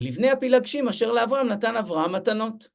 לבני הפילגשים אשר לאברהם נתן אברהם מתנות.